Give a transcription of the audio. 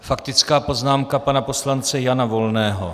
Faktická poznámka pana poslance Jana Volného.